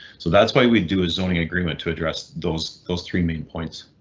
so that's why we do a zoning agreement to address those those three main points.